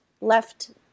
left